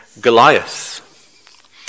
Goliath